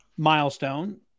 milestone